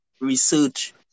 research